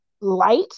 light